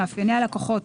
מאפייני הלקוחות,